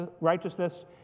righteousness